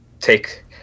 take